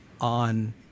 on